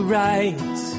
right